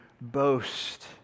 boast